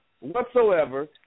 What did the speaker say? whatsoever